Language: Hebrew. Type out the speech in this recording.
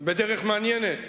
בדרך מעניינת.